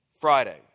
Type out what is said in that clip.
Friday